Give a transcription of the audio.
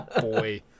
boy